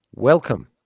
Welcome